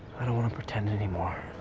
i don't wanna pretend anymore.